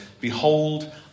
Behold